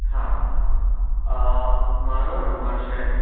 હા મારો નંબર છે